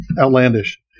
outlandish